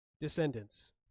descendants